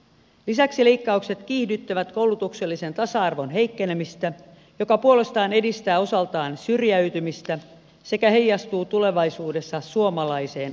lisäksi leikkaukset kiihdyttävät koulutuksellisen tasa arvon heikkenemistä joka puolestaan edistää osaltaan syrjäytymistä sekä heijastuu tulevaisuudessa suomalaiseen osaamiseen